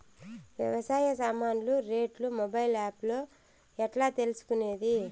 వ్యవసాయ సామాన్లు రేట్లు మొబైల్ ఆప్ లో ఎట్లా తెలుసుకునేది?